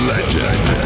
Legend